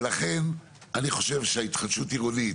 ולכן, אני חושב שההתחדשות העירונית